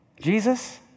Jesus